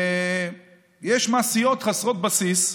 יש מעשיות חסרות בסיס.